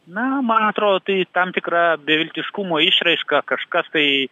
na man atrodo tai tam tikra beviltiškumo išraiška kažkas tai